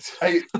Hey